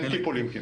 אין טיפולים.